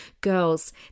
Girls